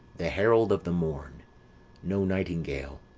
the herald of the morn no nightingale.